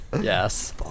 Yes